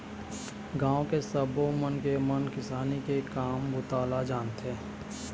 गाँव के सब्बो मनखे मन किसानी के काम बूता ल जानथे